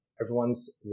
Everyone's